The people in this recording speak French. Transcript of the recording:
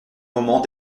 moment